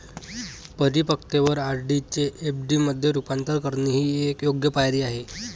परिपक्वतेवर आर.डी चे एफ.डी मध्ये रूपांतर करणे ही एक योग्य पायरी आहे